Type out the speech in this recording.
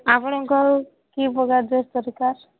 ଆପଣଙ୍କର କି ପ୍ରକାର ଡ୍ରେସ୍ ଦରକାର